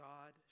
God